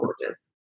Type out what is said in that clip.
gorgeous